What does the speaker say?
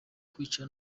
kwica